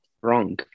wrong